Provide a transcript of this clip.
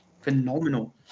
Phenomenal